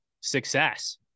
success